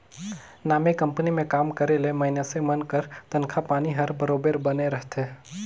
नामी कंपनी में काम करे ले मइनसे मन कर तनखा पानी हर बरोबेर बने रहथे